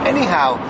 Anyhow